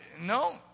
No